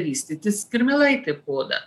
vystytis kirmėlaitė po oda